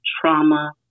trauma